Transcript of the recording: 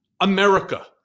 America